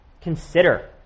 Consider